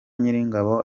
nyiringabo